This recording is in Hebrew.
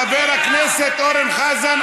חבר הכנסת אורן חזן,